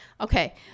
Okay